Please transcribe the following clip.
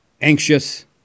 anxious